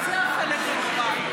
וזה החלק הנורא.